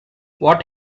what